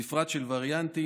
בפרט של וריאנטים,